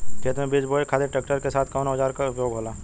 खेत में बीज बोए खातिर ट्रैक्टर के साथ कउना औजार क उपयोग होला?